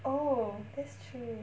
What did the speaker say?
oh that's true